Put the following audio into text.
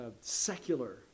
secular